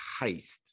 heist